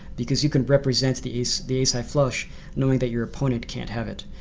because you can represent the ace the ace high flush knowing that your opponent can't have it.